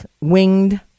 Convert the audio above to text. winged